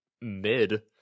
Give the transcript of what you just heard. mid